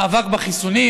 מאבק בחיסונים,